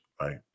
Right